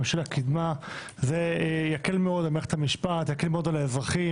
זה יקל מאוד על מערכת המשפט, על האזרחים.